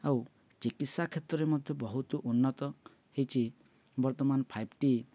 ଆଉ ଚିକିତ୍ସା କ୍ଷେତ୍ରରେ ମଧ୍ୟ ବହୁତ ଉନ୍ନତ ହେଇଛି ବର୍ତ୍ତମାନ ଫାଇଭ୍ ଟି